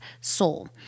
Soul